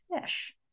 Fish